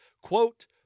Quote